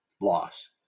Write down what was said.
loss